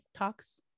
TikToks